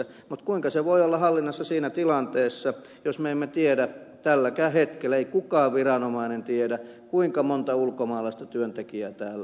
mutta kuinka se voi olla hallinnassa siinä tilanteessa jos me emme tiedä tälläkään hetkellä ei kukaan viranomainen tiedä kuinka monta ulkomaalaista työntekijää täällä on